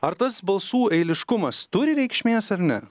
ar tas balsų eiliškumas turi reikšmės ar ne